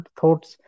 thoughts